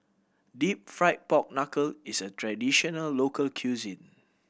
Deep Fried Pork Knuckle is a traditional local cuisine